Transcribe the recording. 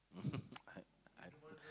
I I